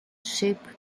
sheep